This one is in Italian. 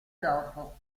dopo